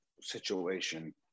situation